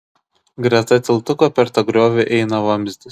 greta tiltuko per tą griovį eina vamzdis